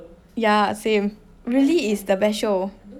yeah same really is the best show